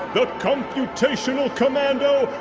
the computational commando,